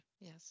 Yes